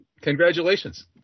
Congratulations